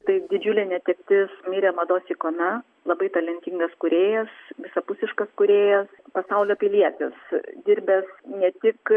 taip didžiulė netektis mirė mados ikona labai talentingas kūrėjas visapusiškas kūrėjas pasaulio pilietis dirbęs ne tik